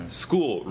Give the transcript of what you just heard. school